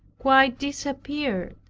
quite disappeared,